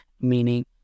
meaning